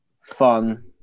fun